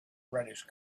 reddish